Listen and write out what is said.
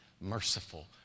merciful